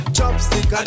Chopstick